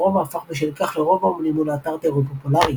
והרובע הפך בשל כך לרובע אמנים ולאתר תיירות פופולרי.